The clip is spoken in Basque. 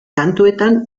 kantuetan